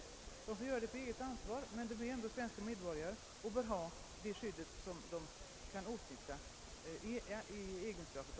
Visserligen gör de detta på eget ansvar, men i egenskap av svenska medborgare bör de ha det skydd de kan åtnjuta.